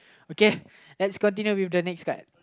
okay let's continue with the next card